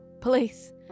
police